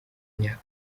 myaka